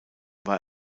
war